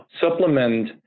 supplement